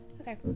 Okay